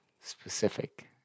specific